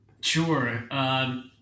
Sure